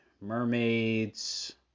Mermaids